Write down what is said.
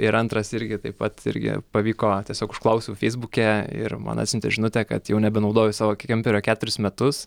ir antras irgi taip pat irgi pavyko tiesiog užklausiau feisbuke ir man atsiuntė žinutę kad jau nebenaudoju savo kemperio keturis metus